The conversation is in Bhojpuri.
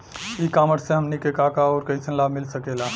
ई कॉमर्स से हमनी के का का अउर कइसन लाभ मिल सकेला?